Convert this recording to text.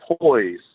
poise